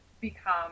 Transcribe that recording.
become